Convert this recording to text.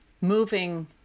moving